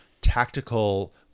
tactical